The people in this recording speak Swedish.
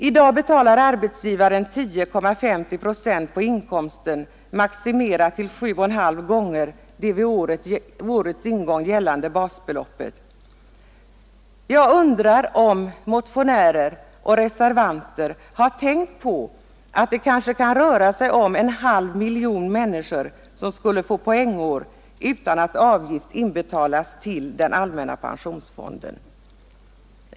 I dag betalar arbetsgivaren 10,5 procent på inkomsten maximerat till 7 1/2 gånger det vid årets ingång gällande basbeloppet. Jag undrar om motionärer och reservanter tänkt på att det kan röra sig om en halv miljon människor som skulle få poängår utan att avgift inbetalas till den allmänna pensionsfonden.